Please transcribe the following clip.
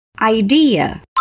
Idea